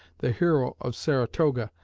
the hero of saratoga,